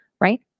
right